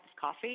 coffee